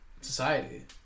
society